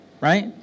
right